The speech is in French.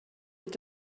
est